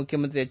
ಮುಖ್ಯಮಂತ್ರಿ ಎಚ್